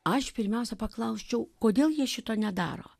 aš pirmiausia paklausčiau kodėl jie šito nedaro